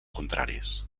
contraris